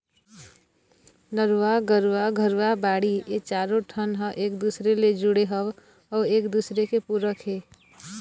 नरूवा, गरूवा, घुरूवा, बाड़ी ए चारों ठन ह एक दूसर ले जुड़े हवय अउ एक दूसरे के पूरक हे